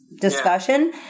discussion